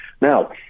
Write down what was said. Now